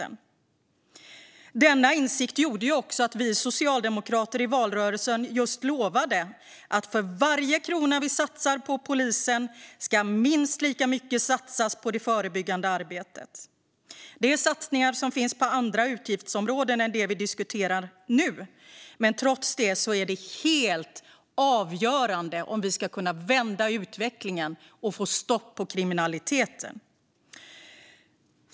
Denna insikt gjorde att vi socialdemokrater i valrörelsen lovade att för varje krona som vi satsar på polisen ska minst lika mycket satsas på det förebyggande arbetet. Det är satsningar som finns på andra utgiftsområden än det som vi nu diskuterar. Men trots det är detta helt avgörande om vi ska kunna vända utvecklingen och få stopp på kriminaliteten.